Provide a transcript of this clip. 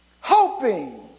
Hoping